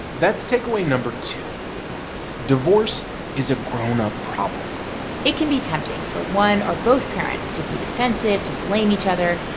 that's takeaway no. two divorce is a grown-up problem it can be tempting for one or both parents to be defensive, to blame each other.